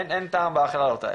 אין טעם בהכללות האלה.